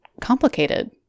complicated